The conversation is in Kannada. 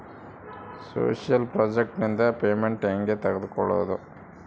ಸೋಶಿಯಲ್ ಪ್ರಾಜೆಕ್ಟ್ ನಿಂದ ಪೇಮೆಂಟ್ ಹೆಂಗೆ ತಕ್ಕೊಳ್ಳದು?